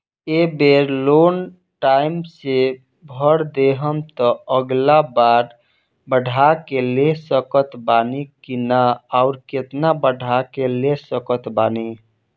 ए बेर loan time से भर देहम त अगिला बार बढ़ा के ले सकत बानी की न आउर केतना बढ़ा के ले सकत बानी?